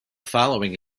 following